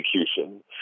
execution